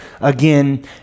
again